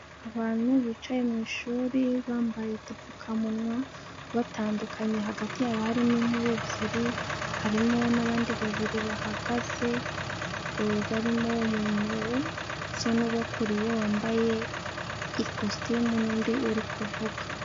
Abantu bicaye mu ishuri bambaye udupfukamunwa, batandukanye hagati yabo harimo intebe ebyiri, harimo n'abandi babiri bahagaze, barimo umuntu usa n'ubakuriye wambaye ikositimu n'undi uri kuvuga.